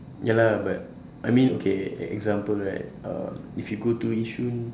ya lah but I mean okay ex~ example right uh if you go to yishun